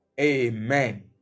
Amen